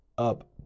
up